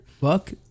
fuck